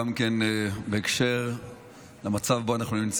החוק הזה גם הוא בהקשר למצב שבו אנחנו נמצאים.